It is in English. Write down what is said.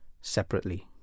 separately